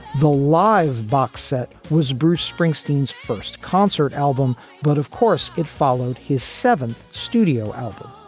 the live box set was bruce springsteen's first concert album, but of course, it followed his seventh studio album.